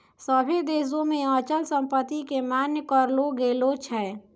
सभ्भे देशो मे अचल संपत्ति के मान्य करलो गेलो छै